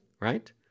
right